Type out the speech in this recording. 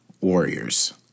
Warriors